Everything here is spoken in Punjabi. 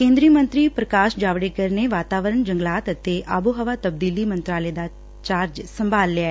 ਕੇਂਦਰੀ ਮੰਤਰੀ ਪ੍ਕਾਸ਼ ਜਾਵੜੇਕਰ ਨੇ ਵਾਤਾਵਰਨ ਜੰਗਲਾਤ ਅਤੇ ਆਬੋ ਹਵਾ ਤਬਦੀਲੀ ਮੰਤਰਾਲੇ ਦਾ ਚਾਰਜ ਸੰਭਾਲ ਲਿਆ